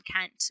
Kent